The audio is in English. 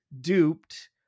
duped